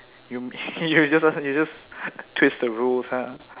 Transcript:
you you just want~ you just twist the rules !huh!